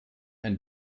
ein